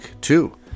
two